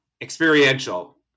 Experiential